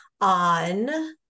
on